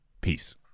Peace